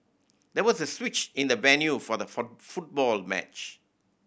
there was a switch in the venue for the for football match